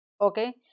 okay